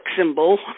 symbol